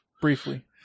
Briefly